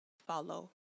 follow